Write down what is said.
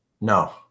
No